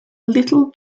little